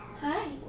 hi